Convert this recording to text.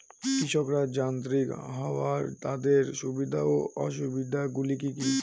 কৃষকরা যান্ত্রিক হওয়ার তাদের সুবিধা ও অসুবিধা গুলি কি কি?